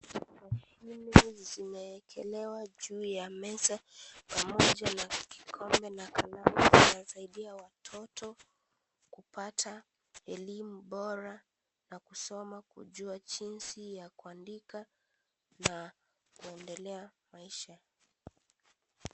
Hili zimewekelewa juu ya meza pamoja na kikombe na kalamu ya kusaidia watoto kupata elimu bora na kusoma kujua jinsi ya kuandika na kuendelea maisha.